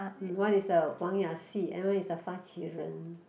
one is a Wang-Ya-Xi and one is the Fa-Qi-Ren